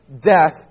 death